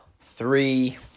three